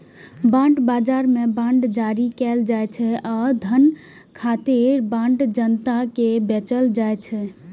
bond बाजार मे bond जारी कैल जाइ छै आ धन खातिर बांड जनता कें बेचल जाइ छै